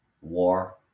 war